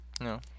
No